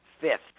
fifth